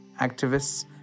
activists